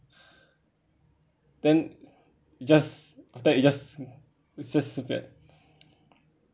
then just after that it just it's just stupid